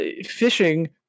Fishing